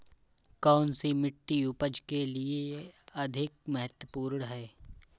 कौन सी मिट्टी उपज के लिए अधिक महत्वपूर्ण है?